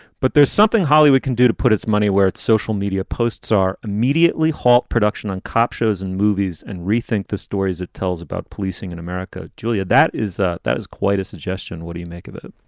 but there's something hollywood can do to put its money where its social media posts are immediately halt production on cop shows and movies and rethink the stories it tells about policing in america. julia, that is that that is quite a suggestion. what do you make of it?